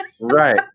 Right